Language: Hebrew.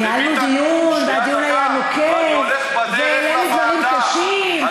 ניהלנו דיון והדיון היה נוקב, והעלינו דברים קשים.